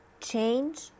change